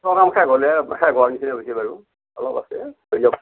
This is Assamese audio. প্ৰগ্ৰাম শেষ হোৱালে শেষ হোৱা নিচিনা হৈছে বাৰু অলপ আছে হৈ যাব